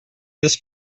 this